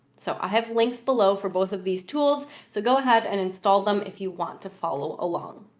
so i have links below for both of these tools, so go ahead and install them if you want to follow along.